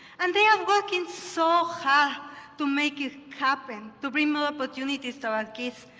and they are working so hard to make it happen, to bring more opportunities to our kids.